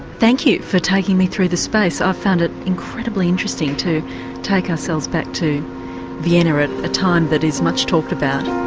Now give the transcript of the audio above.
thank you for taking me through the space, i found it incredibly interesting to take ourselves back to vienna at a time that is much talked about.